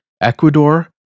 Ecuador